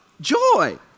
Joy